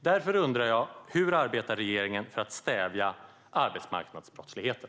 Därför undrar jag: Hur arbetar regeringen för att stävja arbetsmarknadsbrottsligheten?